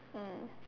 mm